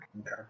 Okay